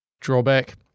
drawback